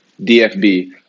DFB